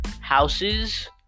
houses